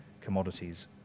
commodities